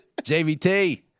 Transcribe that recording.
JVT